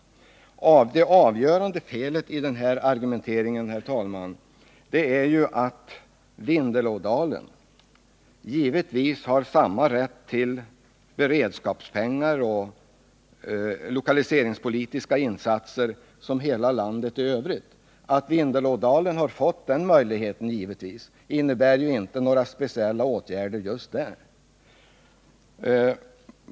Det avgörande felet i den här argumenteringen, herr talman, är att Vindelådalen givetvis har samma rätt till beredskapspengar och lokaliseringspolitiska insatser som jämförbara delar av landet i övrigt. Att Vindelådalen har den möjligheten innebär ju inte att det är fråga om några speciella åtgärder där.